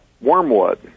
wormwood